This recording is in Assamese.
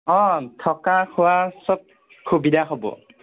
অঁ থকা খোৱা চব সুবিধা হ'ব